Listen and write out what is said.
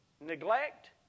neglect